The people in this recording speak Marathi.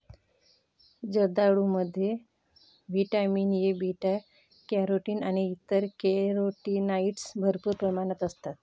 जर्दाळूमध्ये व्हिटॅमिन ए, बीटा कॅरोटीन आणि इतर कॅरोटीनॉइड्स भरपूर प्रमाणात असतात